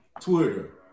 Twitter